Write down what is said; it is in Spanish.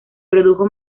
produjo